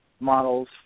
models